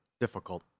Difficult